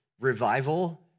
revival